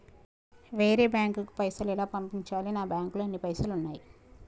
వేరే బ్యాంకుకు పైసలు ఎలా పంపించాలి? నా బ్యాంకులో ఎన్ని పైసలు ఉన్నాయి?